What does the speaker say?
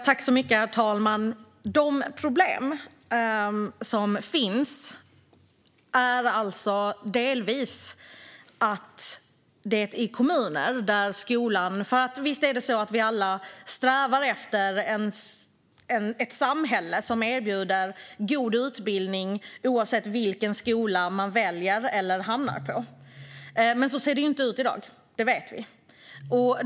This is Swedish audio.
Herr talman! Visst är det så att vi alla strävar efter ett samhälle som erbjuder god utbildning oavsett vilken skola man väljer eller hamnar på. Men så ser det inte ut i dag. Det vet vi.